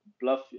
Bluff